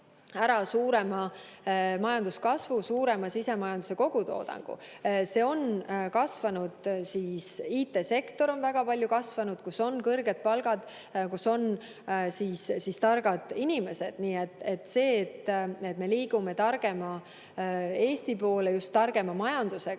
suurema majanduskasvu, suurema sisemajanduse kogutoodangu. IT-sektor on väga palju kasvanud, seal on kõrged palgad, seal on targad inimesed. See, et me liigume targema Eesti poole just targema majandusega,